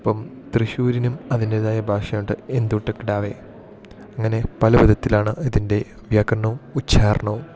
അപ്പം തൃശ്ശൂരിനും അതിൻ്റെതായ ഭാഷയുണ്ട് എന്തുട്ട കിടാവേ അങ്ങനെ പല വിധത്തിലാണ് ഇതിൻ്റെ വ്യാകരണവും ഉച്ചാരണവും